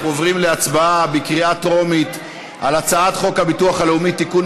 אנחנו עוברים להצבעה בקריאה טרומית על הצעת חוק הביטוח הלאומי (תיקון,